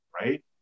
right